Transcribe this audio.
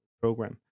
program